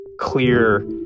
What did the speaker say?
clear